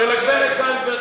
של הגברת זנדברג,